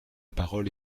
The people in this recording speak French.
parole